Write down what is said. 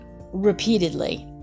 repeatedly